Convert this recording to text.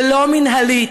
ולא מינהלית,